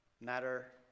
matter